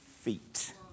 feet